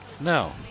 No